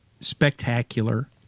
Spectacular